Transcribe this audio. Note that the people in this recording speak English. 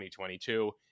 2022